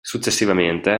successivamente